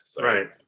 Right